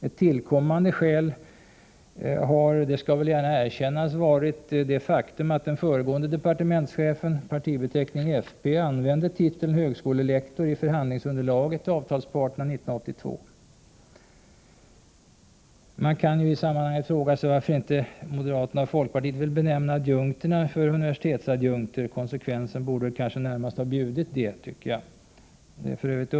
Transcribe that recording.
Ett tillkommande skäl har, det skall gärna erkännas, varit det faktum att den föregående departementschefen — med partibeteckningen fp — använde titeln högskolelektor i förhandlingsunderlaget till avtalsparterna 1982. Man kan i sammanhanget fråga sig varför inte moderaterna och folkpartiet vill benämna adjunkterna universitetsadjunkter. Konsekvensen borde väl närmast ha bjudit det. Det är f.ö.